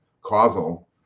causal